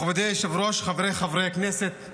מכובדי היושב-ראש, חבריי חברי הכנסת,